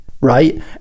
right